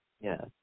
Yes